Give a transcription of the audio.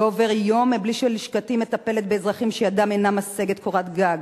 לא עובר יום בלי שלשכתי מטפלת באזרחים שידם אינה משגת קורת גג,